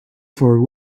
for